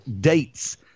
dates